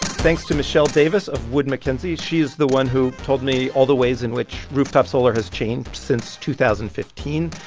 thanks to michelle davis of wood mackenzie. she is the one who told me all the ways in which rooftop solar has changed since two thousand and fifteen.